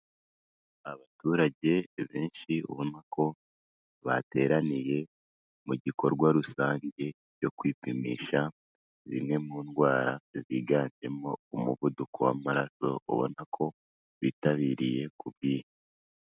Abaturage benshi ubona ko bateraniye mu gikorwa rusange cyo kwipimisha, zimwe mu ndwara ziganjemo umuvuduko w'amaraso; ubona ko bitabiriye ku bwinshi.